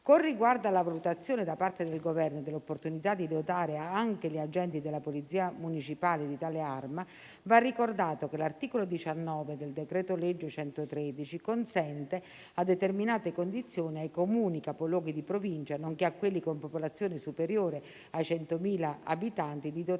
Con riguardo alla valutazione da parte del Governo dell'opportunità di dotare anche gli agenti della Polizia municipale di tale arma, va ricordato che l'articolo 19 del decreto-legge n. 113 consente, a determinate condizioni, ai Comuni capoluoghi di Provincia, nonché a quelli con popolazione superiore ai 100.000 abitanti, di dotare